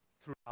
throughout